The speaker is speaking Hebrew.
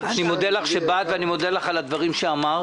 אני מודה לך שבאת ואני מודה לך על הדברים שאמרת.